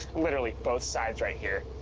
literally both sides right here.